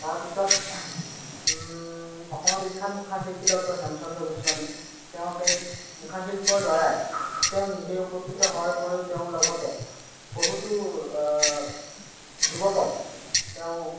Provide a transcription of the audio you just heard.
তাৰপিছত অসমৰ বিখ্যাত মুখাশিল্পী ডক্টৰ হেমচন্দ্ৰ গোস্বামী তেওঁ সেই মুখাশিল্পৰ দ্বাৰাই তেওঁ নিজে উপকৃত হোৱাৰ উপৰিও তেওঁৰ লগতে বহুতো যুৱকক তেওঁ